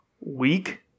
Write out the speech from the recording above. week